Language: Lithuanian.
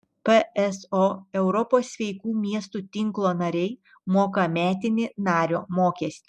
pso europos sveikų miestų tinklo nariai moka metinį nario mokestį